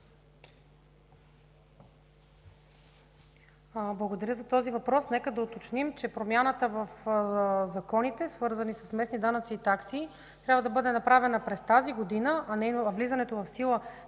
Благодаря за този въпрос. Нека да уточним, че промяната в законите, свързани с местни данъци и такси, трябва да бъде направена през тази година, а влизането в сила